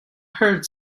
heard